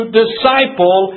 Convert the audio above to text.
disciple